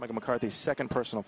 mccarthy second personal